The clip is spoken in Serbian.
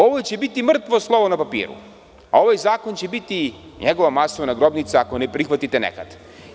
Ovo će biti mrtvo slovo na papiru, a ovaj zakon će biti njegova masovna grobnica ako ne prihvatite nehat.